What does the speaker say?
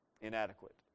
inadequate